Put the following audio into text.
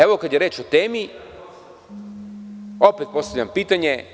Evo kada je reč o temi, opet postavljam pitanje.